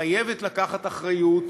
חייבת לקחת אחריות,